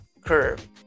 curve